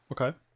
Okay